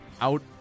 out